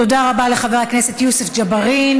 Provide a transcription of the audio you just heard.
תודה רבה לחבר הכנסת יוסף ג'בארין.